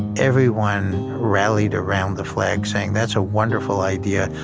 everyone rallied around the flag saying, that's a wonderful idea.